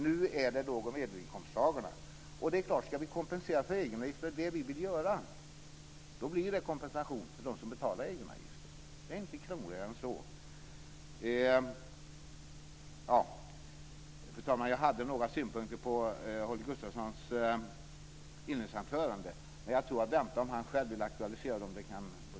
Nu är det låg och medelinkomsttagarna. Det är klart att om vi ska kompensera för egenavgifter, vilket vi vill göra, då blir det kompensation till dem som betalar egenavgifter. Det är inte krångligare än så. Fru talman! Jag hade några synpunkter på Holger Gustafssons inledningsanförande, men jag tror att jag väntar med dem om han själv vill aktualisera dem.